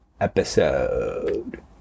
episode